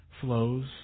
flows